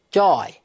joy